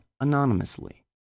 anonymously